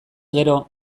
gero